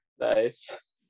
Nice